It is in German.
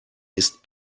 ist